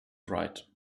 right